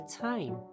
time